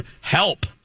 help